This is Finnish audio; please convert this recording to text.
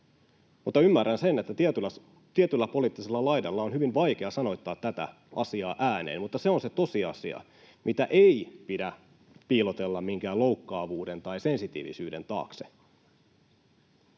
Mutta ymmärrän sen, että tietyllä poliittisella laidalla on hyvin vaikea sanoittaa tätä asiaa ääneen. Mutta se on se tosiasia, mitä ei pidä piilotella minkään loukkaavuuden tai sensitiivisyyden taakse.